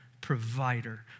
provider